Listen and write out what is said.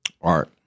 Art